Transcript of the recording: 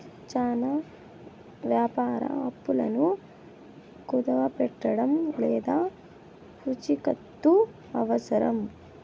చానా వ్యాపార అప్పులను కుదవపెట్టడం లేదా పూచికత్తు అవసరం